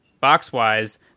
box-wise